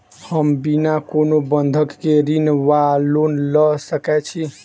हम बिना कोनो बंधक केँ ऋण वा लोन लऽ सकै छी?